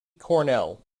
cornell